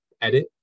edit